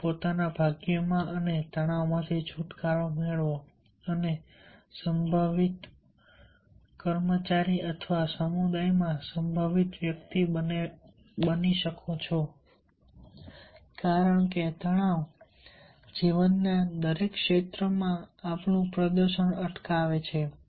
તમારા પોતાના ભાગ્યમાં અને તણાવમાંથી છૂટકારો મેળવો અને સંભવિત કર્મચારી અથવા સમુદાયમાં સંભવિત વ્યક્તિ બની શકો છો કારણ કે તણાવ જીવનના દરેક ક્ષેત્રમાં આપણું પ્રદર્શન અટકાવે છે